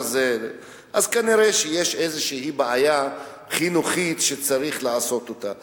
כנראה שיש איזושהי בעיה חינוכית שצריך לטפל בה.